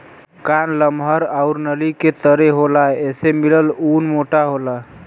कान लमहर आउर नली के तरे होला एसे मिलल ऊन मोटा होला